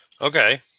Okay